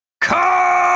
khan!